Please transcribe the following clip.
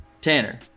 tanner